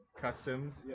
customs